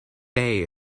day